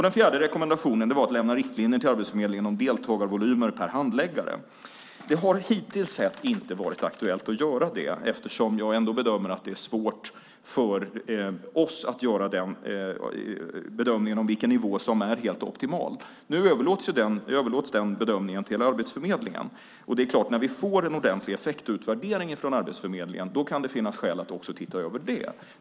Den fjärde rekommendationen var att lämna riktlinjer till Arbetsförmedlingen om deltagarvolymer per handläggare. Det har hittills inte varit aktuellt att göra det eftersom jag bedömer att det är svårt för oss att göra bedömningen vilken nivå som är helt optimal. Nu överlåts bedömningen till Arbetsförmedlingen. När vi får en ordentlig effektutvärdering från Arbetsförmedlingen kan det finnas skäl att också se över det.